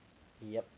yup